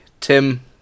Tim